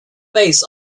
base